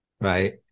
right